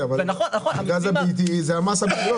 אבל הגז הביתי זה המס הגדול,